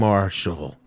Marshall